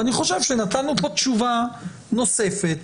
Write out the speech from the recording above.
אני חושב שנתנו פה תשובה נוספת,